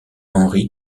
henry